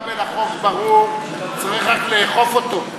חבר הכנסת כבל, החוק ברור, צריך רק לאכוף אותו.